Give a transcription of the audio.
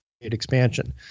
expansion